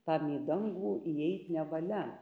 tam į dangų įeit nevalia